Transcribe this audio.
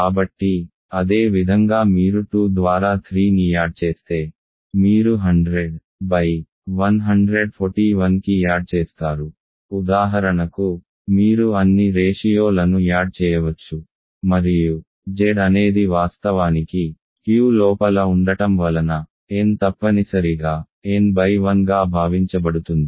కాబట్టి అదే విధంగా మీరు 2 ద్వారా 3ని యాడ్ చేస్తే మీరు 100 బై 141కి యాడ్ చేస్తారు ఉదాహరణకు మీరు అన్ని రేషియో లను యాడ్ చేయవచ్చు మరియు Z అనేది వాస్తవానికి Q లోపల ఉండటం వలన n తప్పనిసరిగా n బై 1గా భావించబడుతుంది